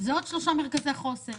אני חושבת שהשרה צריכה לערוך את